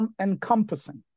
encompassing